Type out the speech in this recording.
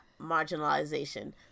marginalization